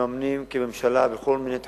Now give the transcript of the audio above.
מממנים, כממשלה, בכל מיני תחומים,